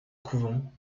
couvent